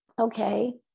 Okay